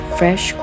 fresh